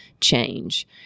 change